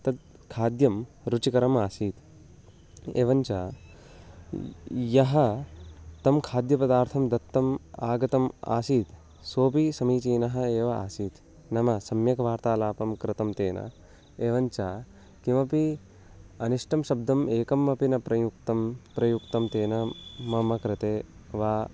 तद् खाद्यं रुचिकरम् आसीत् एवञ्च यः तं खाद्यपदार्थं दातुम् आगतम् आसीत् सोऽपि समीचीनः एव आसीत् नाम सम्यग् वार्तालापं कृतं तेन एवञ्च कोऽपि अनिष्टः शब्दः एकः अपि न प्रयुक्तः प्रयुक्तः तेन मम कृते वा